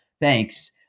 Thanks